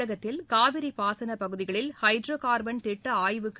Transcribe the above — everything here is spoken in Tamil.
தமிழகத்தில் காவிரி பாசனப் பகுதிகளில் ஹைட்ரோ கார்பன் திட்ட ஆய்வுக்கு